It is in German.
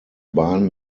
bahn